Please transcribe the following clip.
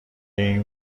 این